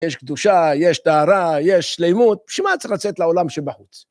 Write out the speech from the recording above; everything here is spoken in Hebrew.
יש קדושה, יש טהרה, יש שלימות, שמה צריכה לצאת לעולם שבחוץ?